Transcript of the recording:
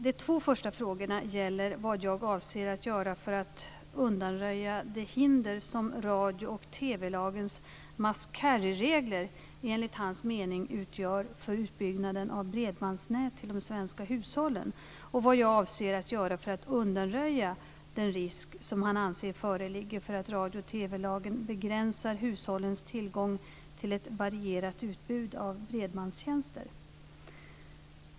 De två första frågorna gäller vad jag avser att göra för att undanröja det hinder som radio och TV-lagens must carry-regler enligt hans mening utgör för utbyggnaden av bredbandsnät till de svenska hushållen och vad jag avser att göra för att undanröja den risk som han anser föreligger för att radio och TV-lagen begränsar hushållens tillgång till ett varierat utbud av bredbandstjänster.